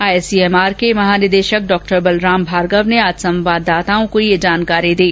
ICMR के महानिदेशक डॉ बलराम भार्गव ने आज संवाददाताओं को ये जानकारी दी